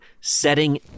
setting